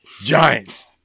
Giants